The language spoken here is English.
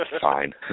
Fine